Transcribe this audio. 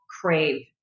crave